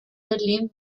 berlín